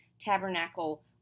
Tabernacle